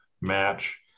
match